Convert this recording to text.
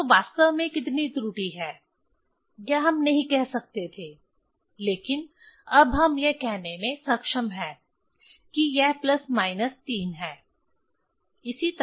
तो वास्तव में कितनी त्रुटि है यह हम नहीं कह सकते थे लेकिन अब हम यह कहने में सक्षम हैं कि यह प्लस माइनस 3 है